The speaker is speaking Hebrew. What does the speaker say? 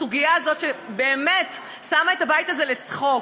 בסוגיה הזאת, שבאמת שמה את הבית הזה לצחוק.